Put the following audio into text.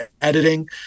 editing